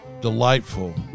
delightful